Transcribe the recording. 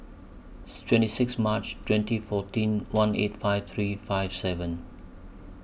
twenty six March twenty fourteen one eight five three five seven